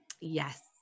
Yes